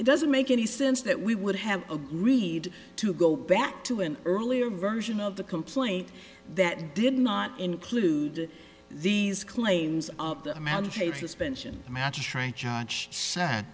it doesn't make any sense that we would have agreed to go back to an earlier version of the complaint that did not include these claims of the amount of